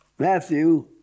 Matthew